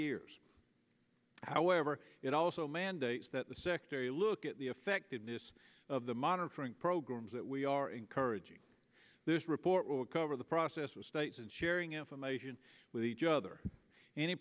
years however it also mandates that the secretary look at the effectiveness of the monitoring programs that we are encouraging this report will cover the process which states and sharing information with each other any